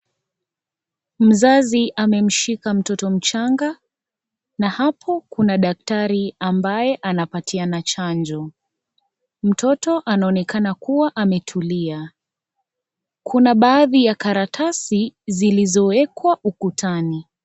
Mzazi amemshika mtoto mchanga na hapo kuna daktari ambaye anapatiana chanjo . Mtoto anaonekana kuwa ametulia, kuna baadhi ya karatasi zilizowekwa ukutani.